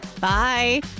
Bye